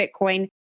Bitcoin